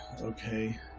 okay